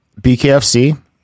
BKFC